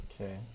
Okay